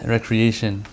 Recreation